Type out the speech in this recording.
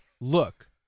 look